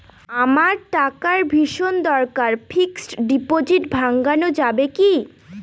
আমার টাকার ভীষণ দরকার ফিক্সট ডিপোজিট ভাঙ্গানো যাবে কি?